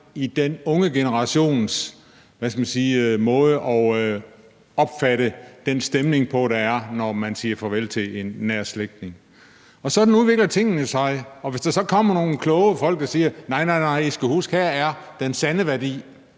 hvad skal man sige, måde at opfatte den stemning på, der er, når man siger farvel til en nær slægtning. Sådan udvikler tingene sig. Så kan der komme nogle kloge folk og sige: Nej, nej, I skal huske, at her er den sande værdi.